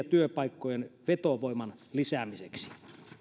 työpaikkojen vetovoiman lisäämiseksi